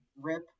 RIP